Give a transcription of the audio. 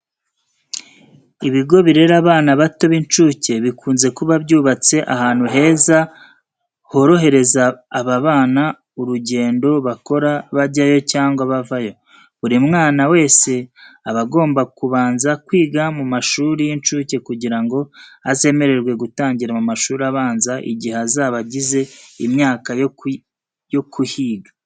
Ibigo birera abana bato b'incuke bikunze kuba byubatse ahantu heza horohereza aba bana urugendo bakora bajyayo cyangwa bavayo. Buri mwana wese aba agomba kubanza kwiga mu mashuri y'incuke kugira ngo azemererwe gutangira mu mashuri abanza igihe azaba agize imyaka yo kuhiga.